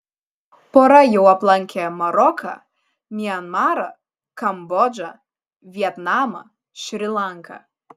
pora jau aplankė maroką mianmarą kambodžą vietnamą šri lanką